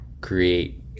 create